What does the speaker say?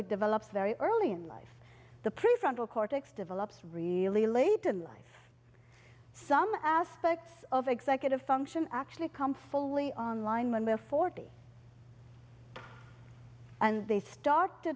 it develops very early in life the prefrontal cortex develops really late in life some aspects of executive function actually come fully on line when they're forty and they start to